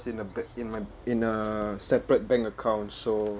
in a ba~ in my in a separate bank account so